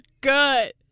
good